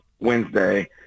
Wednesday